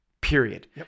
period